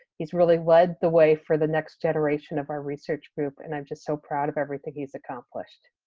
he's really led the way for the next generation of our research group, and i'm just so proud of everything he's accomplished.